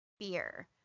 fear